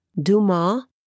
Duma